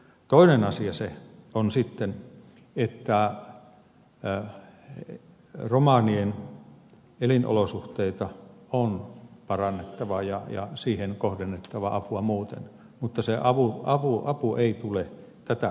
toinen asia on sitten se että romanien elinolosuhteita on parannettava ja siihen kohdennettava apua muuten mutta se apu ei tule tätä kautta